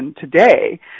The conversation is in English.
today